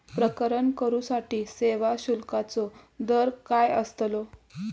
प्रकरण करूसाठी सेवा शुल्काचो दर काय अस्तलो?